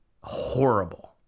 horrible